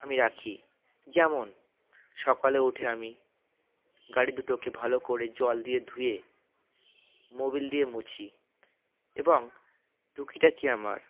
আমি রাখি যেমন সকালে উঠে আমি গাড়ি দুটোকে ভালো করে জল দিয়ে ধুয়ে মোবিল দিয়ে মুছি এবং টুকিটাকি আমার